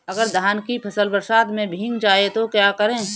अगर धान की फसल बरसात में भीग जाए तो क्या करें?